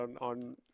on